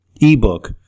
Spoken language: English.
ebook